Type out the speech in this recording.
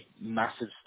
massive